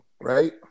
Right